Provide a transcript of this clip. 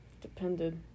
Depended